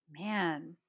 man